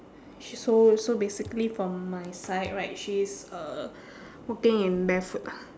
she's so so basically from my side right she is uh walking in barefoot lah